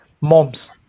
moms